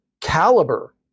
caliber